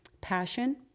passion